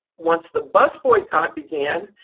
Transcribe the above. once the bus boycott began,